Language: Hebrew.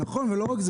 נכון, ולא רק זה.